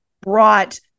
brought